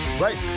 right